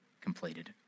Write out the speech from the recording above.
completed